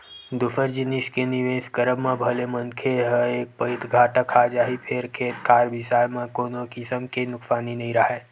दूसर जिनिस के निवेस करब म भले मनखे ह एक पइत घाटा खा जाही फेर खेत खार बिसाए म कोनो किसम के नुकसानी नइ राहय